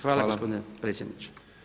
Hvala gospodine predsjedniče.